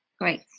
Great